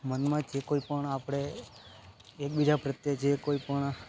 મનમાં જે કોઈ પણ આપણે એકબીજા પ્રત્યે જે કોઈ પણ